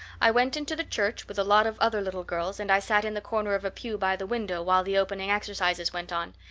i went into the church, with a lot of other little girls, and i sat in the corner of a pew by the window while the opening exercises went on.